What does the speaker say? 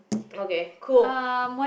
okay cool